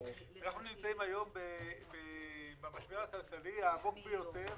אנחנו נמצאים היום במשבר הכלכלי העמוק ביותר